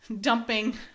dumping